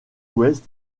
ouest